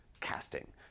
casting